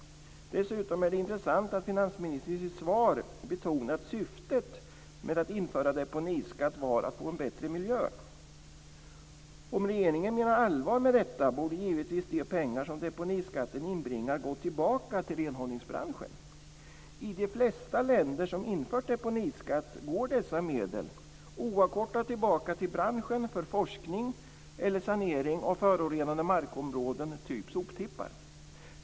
Dessutom är det intressant att finansministern i sitt svar betonade att syftet med att införa deponiskatt var att få en bättre miljö. Om regeringen menar allvar med detta borde givetvis de pengar som deponiskatten inbringar gå tillbaka till renhållningsbranschen. I de flesta länder som infört deponiskatt går dessa medel oavkortat tillbaka till branschen för forskning eller sanering av förorenade markområden, t.ex. soptippar.